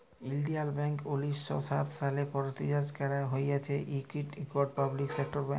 ইলডিয়াল ব্যাংক উনিশ শ সাত সালে পরতিষ্ঠাল ক্যারা হঁইয়েছিল, ইট ইকট পাবলিক সেক্টর ব্যাংক